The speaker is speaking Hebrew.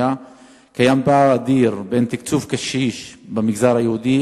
קיים פער אדיר בין תקצוב קשיש במגזר היהודי,